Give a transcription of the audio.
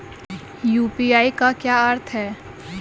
UPI का क्या अर्थ है?